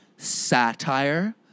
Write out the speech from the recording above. satire